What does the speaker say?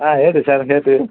ಹಾಂ ಹೇಳಿರಿ ಸರ್